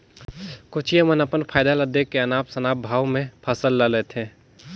कोचिया मन अपन फायदा ल देख के अनाप शनाप भाव में फसल ल लेथे